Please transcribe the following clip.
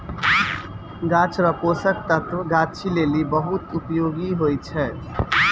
गाछ रो पोषक तत्व गाछी लेली बहुत उपयोगी हुवै छै